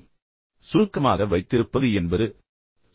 எனவே சுருக்கமாக வைத்திருப்பது என்பது